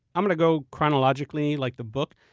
i'm going to go chronologically, like the book.